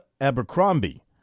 Abercrombie